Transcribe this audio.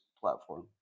platform